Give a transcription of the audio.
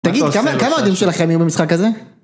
תגיד, כמה אוהדים שלכם יהיו במשחק הזה?